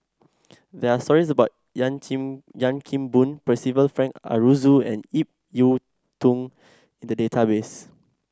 there are stories about Chan Kim Boon Percival Frank Aroozoo and Ip Yiu Tung in the database